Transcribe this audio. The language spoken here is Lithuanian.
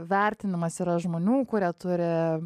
vertinimas yra žmonių kurie turi